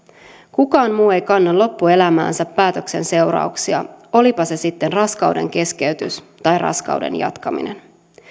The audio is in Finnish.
kukaan muu ei kanna loppuelämäänsä päätöksen seurauksia olipa se sitten raskaudenkeskeytys tai raskauden jatkaminen